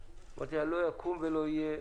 אמרתי לה: לא יקום ולא יהיה,